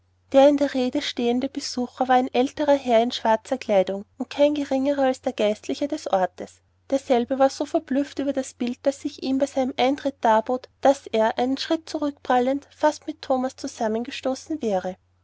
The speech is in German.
der in rede stehende besucher war ein älterer herr in schwarzer kleidung und kein geringerer als der geistliche des ortes derselbe war so verblüfft über das bild das sich ihm bei seinem eintritt darbot daß er einen schritt zurückprallend fast mit thomas zusammengestoßen wäre